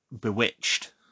bewitched